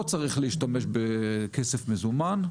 צריך להשתמש בכסף מזומן,